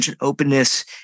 openness